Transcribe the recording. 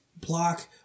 block